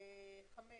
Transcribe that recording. בסעיף (5),